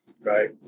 Right